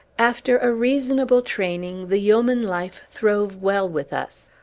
after a reasonable training, the yeoman life throve well with us.